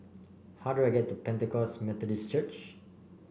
how do I get to Pentecost Methodist Church